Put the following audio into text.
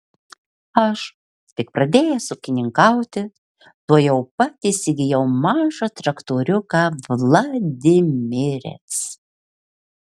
aš tik pradėjęs ūkininkauti tuojau pat įsigijau mažą traktoriuką vladimirec